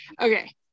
Okay